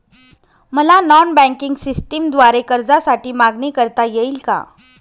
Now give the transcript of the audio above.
मला non banking सिस्टमद्वारे कर्जासाठी मागणी करता येईल का?